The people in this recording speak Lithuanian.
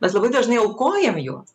mes labai dažnai aukojam juos